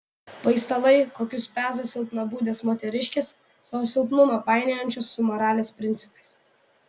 paistalai kokius peza silpnabūdės moteriškės savo silpnumą painiojančios su moralės principais